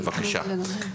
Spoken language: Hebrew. בבקשה.